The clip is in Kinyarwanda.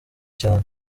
cyane